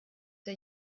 der